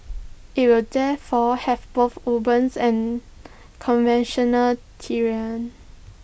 IT will therefore have both urban and conventional terrain